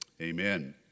Amen